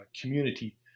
community